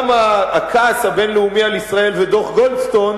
הכעס הבין-לאומי על ישראל ודוח-גולדסטון,